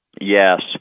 Yes